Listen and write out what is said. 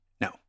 no